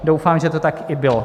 Doufám, že to tak i bylo.